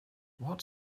what